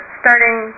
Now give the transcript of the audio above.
starting